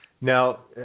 now